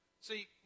See